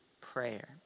prayer